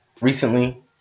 recently